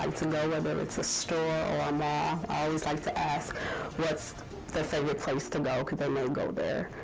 um to go, whether it's a store or a mall. i always like to ask what's the favorite place to go? cause they um will go there.